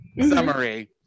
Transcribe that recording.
summary